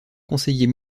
conseiller